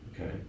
okay